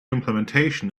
implementation